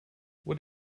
what